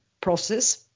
process